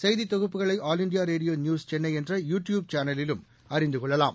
செய்தி தொகுப்புகளை all India radio news Chennai என்ற யு டியூப் சேனலிலும் அறிந்து கொள்ளலாம்